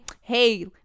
hey